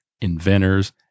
inventors